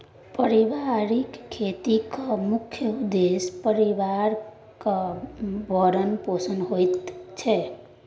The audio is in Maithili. परिबारिक खेतीक मुख्य उद्देश्य परिबारक भरण पोषण होइ छै